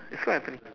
it's quite happening